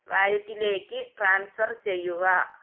വാലറ്റിലേക്ക് ട്രാൻസ്ഫർ ചെയ്യുക